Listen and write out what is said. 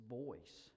voice